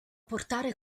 portare